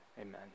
amen